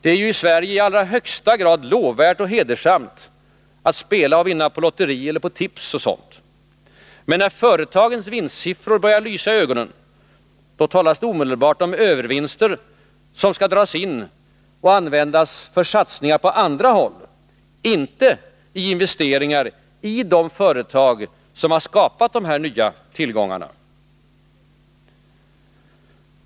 Det är ju i Sverige i allra högsta grad lovvärt och hedersamt att spela och vinna på lotteri, tips och sådant, men när företagens vinstsiffror börjar lysa i ögonen, talas det omedelbart om övervinster, som skall dras in och användas för satsningar på andra håll, inte i investeringar i de företag som skapat dessa nya tillgångar.